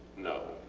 know